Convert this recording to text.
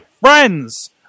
friends